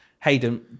Hayden